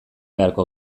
beharko